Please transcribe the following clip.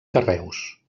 carreus